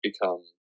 become